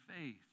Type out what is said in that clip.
faith